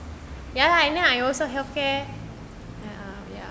ya lah and then I also health care